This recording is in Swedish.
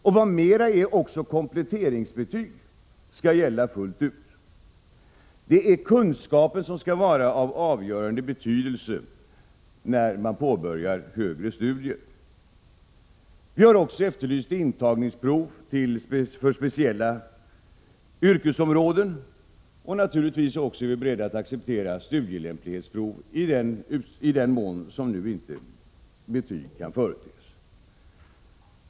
Och vad mer: Också kompletteringsbetyg skall gälla fullt ut. Det är kunskapen som skall vara av avgörande betydelse när man påbörjar högre studier. Vi har också efterlyst intagningsprov för speciella yrkesområden. Naturligtvis är vi beredda att acceptera studielämplighetsprov i den mån som betyg inte kan företes.